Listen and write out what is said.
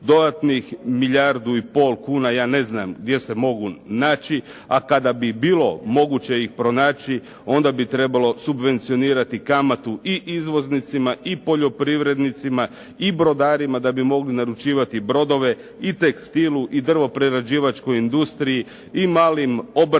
Dodatnih milijardu i pol kuna ja ne znam gdje se mogu naći, a kada bi bilo moguće ih pronaći onda bi trebalo subvencionirati kamatu i izvoznicima i poljoprivrednicima i brodarima da bi mogli naručivati brodove i tekstilu i drvoprerađivačkoj industriji i malim obrtnicima